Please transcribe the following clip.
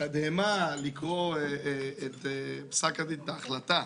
התדהמה לקרוא את פסק הדין, את ההחלטה,